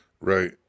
Right